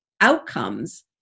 outcomes